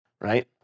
right